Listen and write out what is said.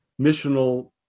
missional